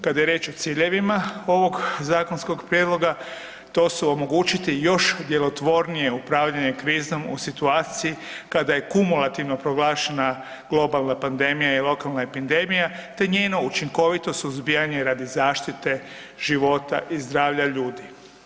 Kada je riječ o ciljevima ovog zakonskog prijedloga, to su omogućiti još djelotvornije upravljanje krizom u situaciji kada je kumulativno proglašena globalna pandemija i lokalna epidemija te njeno učinkovito suzbijanje radi zaštite života i zdravlja ljudi.